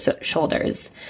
shoulders